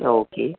ആ ഓക്കെ